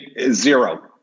Zero